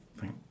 thank